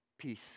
peace